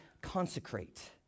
consecrate